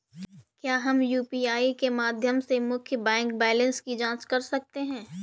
क्या हम यू.पी.आई के माध्यम से मुख्य बैंक बैलेंस की जाँच कर सकते हैं?